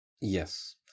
Yes